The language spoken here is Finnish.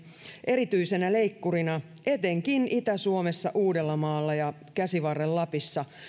erityisenä leikkurina etenkin itä suomessa uudellamaalla ja käsivarren lapissa